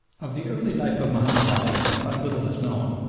of the early life of mahomed ali but little is known,